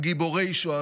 או גיבורי שואה,